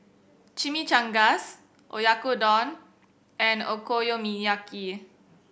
Chimichangas Oyakodon and Okonomiyaki